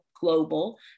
global